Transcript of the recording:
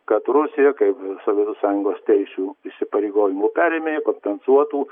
kad rusija kaip sovietų sąjungos teisių įsipareigojimų perėmėja kompensuotų